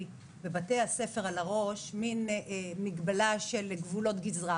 בבתי הספר על הראש מן מגבלה של גבולות גזרה.